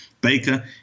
Baker